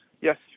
Yes